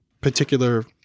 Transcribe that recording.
particular